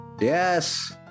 Yes